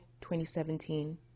2017